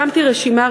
הקמתי רשימה,